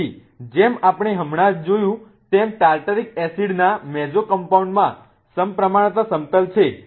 તેથી જેમ આપણે હમણાં જ જોયું તેમ ટાર્ટરિક એસિડ ના મેસોકમ્પાઉન્ડમાં સમપ્રમાણતા સમતલ છે